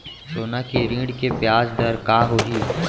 सोना के ऋण के ब्याज दर का होही?